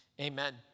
Amen